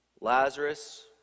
Lazarus